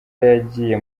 yagiye